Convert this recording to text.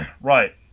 Right